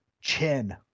chin